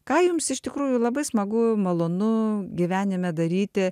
ką jums iš tikrųjų labai smagu malonu gyvenime daryti